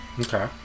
okay